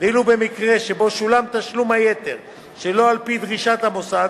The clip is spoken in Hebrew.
ואילו במקרה שבו שולם תשלום היתר שלא על-פי דרישת המוסד,